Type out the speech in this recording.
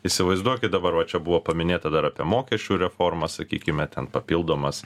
įsivaizduokit dabar va čia buvo paminėta dar apie mokesčių reformą sakykime ten papildomas